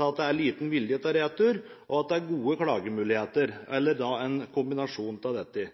at det er liten vilje til å returnere og at det er gode klagemuligheter – eller en kombinasjon av dette.